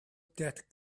that